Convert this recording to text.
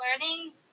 learning